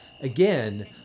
again